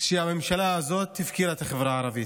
שהממשלה הזאת הפקירה את החברה הערבית?